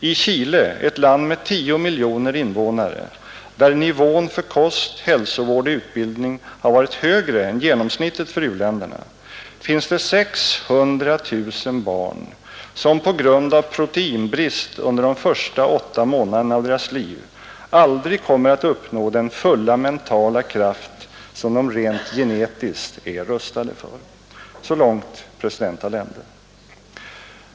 I Chile, ett land med tio miljoner invånare, där nivån för kost, hälsovård och utbildning har varit högre än genomsnittet för u-länderna, finns det 600 000 barn som på grund av proteinbrist under de första åtta månaderna av deras liv aldrig kommer att uppnå den fulla mentala kraft som de rent genetiskt är rustade för.” Så långt president Allende.